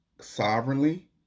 sovereignly